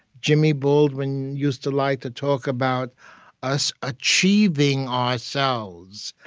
jimmy baldwin used to like to talk about us achieving ourselves,